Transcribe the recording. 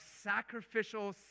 sacrificial